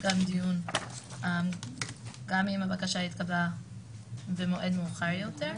גם אם הבקשה התקבלה במועד מאוחר יותר.